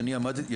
שאני עמדתי,